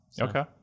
Okay